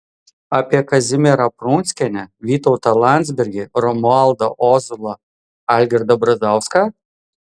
apie kazimierą prunskienę vytautą landsbergį romualdą ozolą algirdą brazauską